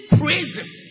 praises